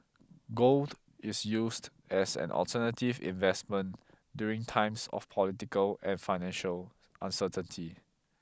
gold is used as an alternative investment during times of political and financial uncertainty